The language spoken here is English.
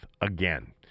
again